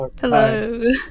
hello